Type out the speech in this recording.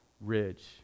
ridge